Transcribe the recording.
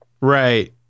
right